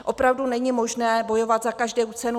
Opravdu není možné bojovat za každou cenu.